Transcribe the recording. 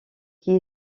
qui